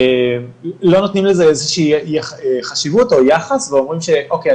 לא נותנים לזה איזו שהיא חשיבות או יחס ואומרים שאוקיי,